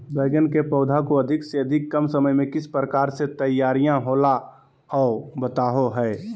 बैगन के पौधा को अधिक से अधिक कम समय में किस प्रकार से तैयारियां होला औ बताबो है?